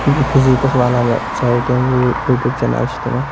physics والا website یا YouTube channel چھِ تِمَن